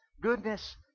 goodness